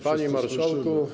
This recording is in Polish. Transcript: Panie Marszałku!